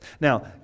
Now